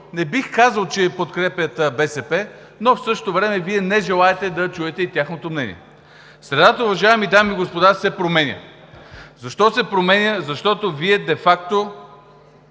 не бих казал, че подкрепят БСП, но в същото време Вие не желаете да чуете и техното мнение. Средата, уважаеми дами и господа, се променя. Защо се променя? Защото Вие де факто